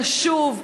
קשוב.